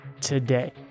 today